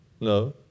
No